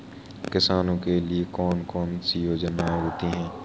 किसानों के लिए कौन कौन सी योजनायें होती हैं?